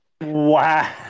Wow